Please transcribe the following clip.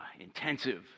intensive